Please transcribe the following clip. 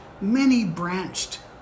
many-branched